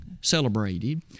celebrated